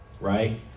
right